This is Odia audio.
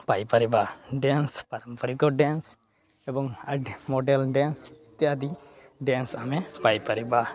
ପାଇପାରିବା ଡ୍ୟାନ୍ସ ପାରମ୍ପରିକ ଡ୍ୟାନ୍ସ ଏବଂ ଆ ମଡେଲ ଡ୍ୟାନ୍ସ ଇତ୍ୟାଦି ଡ୍ୟାନ୍ସ ଆମେ ପାଇପାରିବା